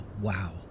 wow